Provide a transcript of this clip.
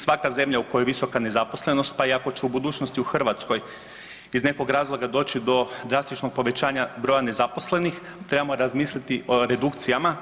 Svaka zemlja u kojoj je visoka nezaposlenost, pa i ako će i u budućnosti u Hrvatskoj iz nekog razloga doći do drastičnog povećanja broja nezaposlenih trebamo razmisliti o redukcijama.